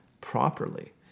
properly